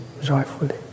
joyfully